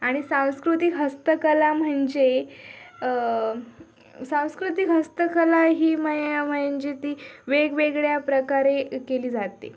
आणि सांस्कृतिक हस्तकला म्हणजे सांस्कृतिक हस्तकला ही म्हणजे म्हणजे ती वेगवेगळ्याप्रकारे केली जाते